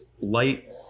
light